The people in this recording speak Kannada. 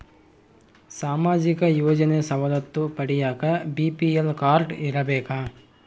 ಸಾಮಾಜಿಕ ಯೋಜನೆ ಸವಲತ್ತು ಪಡಿಯಾಕ ಬಿ.ಪಿ.ಎಲ್ ಕಾಡ್೯ ಇರಬೇಕಾ?